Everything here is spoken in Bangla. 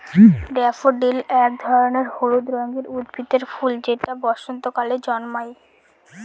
ড্যাফোডিল এক ধরনের হলুদ রঙের উদ্ভিদের ফুল যেটা বসন্তকালে জন্মায়